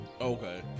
Okay